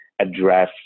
address